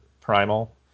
Primal